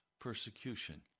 persecution